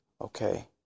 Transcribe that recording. Okay